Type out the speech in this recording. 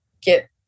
get